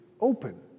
open